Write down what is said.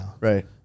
Right